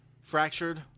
Fractured